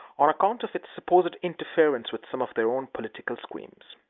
on account of its supposed interference with some of their own political schemes.